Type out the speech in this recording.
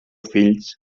fills